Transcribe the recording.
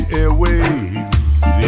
airwaves